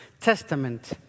Testament